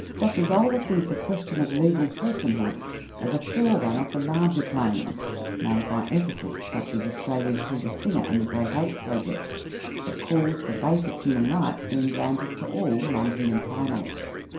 dr zola sees the question of legal person-hood as a forerunner for larger claims made by ethicists such as australia's peter singer and the great ape project that calls for basic human rights being granted to all non human primates.